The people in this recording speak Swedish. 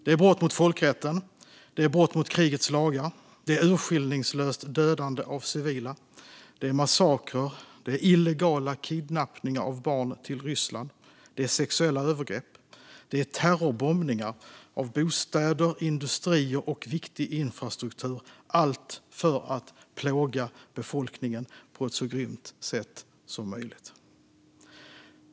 Det är brott mot folkrätten, det är brott mot krigets lagar, det är urskillningslöst dödande av civila, det är massakrer, det är illegala kidnappningar av barn till Ryssland, det är sexuella övergrepp och det är terrorbombningar av bostäder, industrier och viktig infrastruktur - allt för att plåga befolkningen på ett så grymt sätt som möjligt.